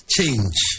Change